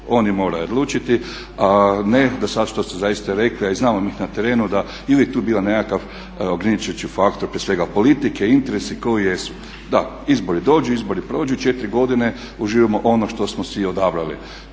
oni moraju odlučiti, a ne da sad što ste zaista rekli a i znamo mi na terenu da je uvijek tu bio nekakav ograničavajući faktor prije svega politike i interesi koji jesu. Da, izbori dođu i izbori prođu i 4 godine uživamo ono što smo si odabrali.